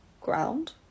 ground